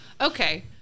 okay